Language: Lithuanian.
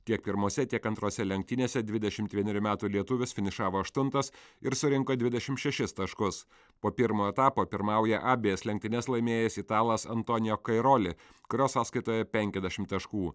tiek pirmose tiek antrose lenktynėse dvidešimt vienerių metų lietuvis finišavo aštuntas ir surinko dvidešim šešis taškus po pirmo etapo pirmauja abejas lenktynes laimėjęs italas antonijo kairoli kurio sąskaitoje penkiasdešim taškų